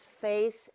face